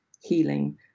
healing